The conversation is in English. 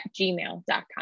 gmail.com